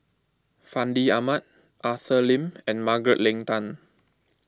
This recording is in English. Fandi Ahmad Arthur Lim and Margaret Leng Tan